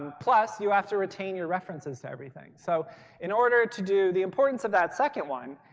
plus, you have to retain your references to everything. so in order to do the importance of that second one,